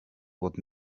would